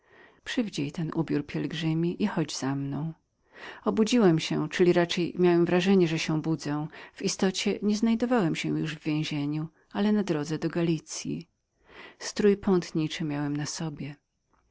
powrócisz przywdzij ten ubiór pielgrzyma i chodź za mną obudziłem się czyli raczej myślałem że się budzę i w istocie nie znalazłem się już w więzieniu ale na drodze do galicyi strój ten miałem na sobie